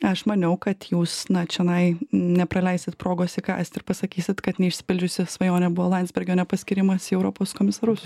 aš maniau kad jūs na čionai nepraleisit progos įkąst ir pasakysit kad neišsipildžiusi svajonė buvo landsbergio nepaskyrimas į europos komisarus